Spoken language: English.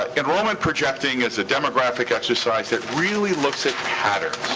enrollment projecting is a demographic exercise that really looks at patterns.